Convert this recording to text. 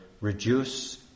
reduce